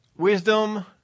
Wisdom